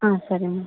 ಹಾಂ ಸರಿ ಮ್ಯಾಮ್